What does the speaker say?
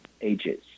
ages